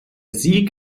sieg